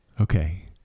Okay